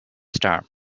star